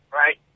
right